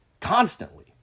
Constantly